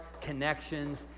connections